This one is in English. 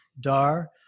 Dar